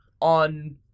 on